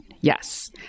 yes